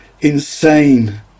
insane